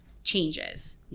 Changes